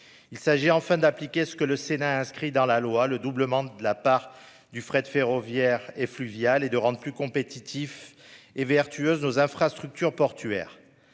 Il s'agit, enfin, d'appliquer ce que le Sénat a inscrit dans la loi, le doublement de la part du fret ferroviaire et fluvial, et de rendre plus compétitives et vertueuses nos infrastructures portuaires.